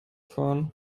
fahren